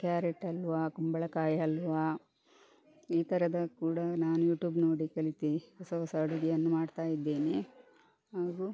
carrot halwa ಕುಂಬಳಕಾಯಿ ಹಲ್ವಾ ಈ ಥರದ ಕೂಡ ನಾನು ಯೂಟ್ಯೂಬ್ ನೋಡಿ ಕಲಿತು ಹೊಸ ಹೊಸ ಅಡುಗೆಯನ್ನು ಮಾಡ್ತಾ ಇದ್ದೇನೆ ಹಾಗು